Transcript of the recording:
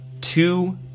two